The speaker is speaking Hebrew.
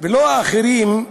ולא האחרים,